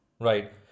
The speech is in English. Right